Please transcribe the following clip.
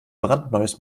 brandneues